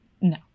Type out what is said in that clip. no